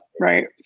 Right